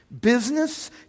business